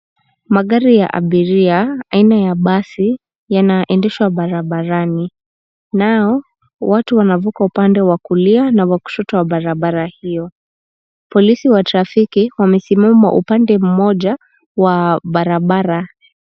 Magari ya abiria aina ya basi yanaendeshwa barabarani. Nao watu wanavuka upande wa kulia na wa kushoto wa barabara hio. Polisi wa trafiki wamesimama upande mmoja wa barabara.